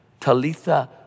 Talitha